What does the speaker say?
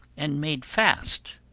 and made fast,